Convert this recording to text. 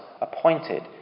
appointed